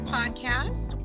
Podcast